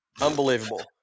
Unbelievable